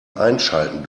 einschalten